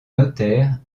notaire